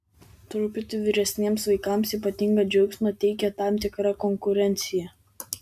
truputį vyresniems vaikams ypatingą džiaugsmą teikia tam tikra konkurencija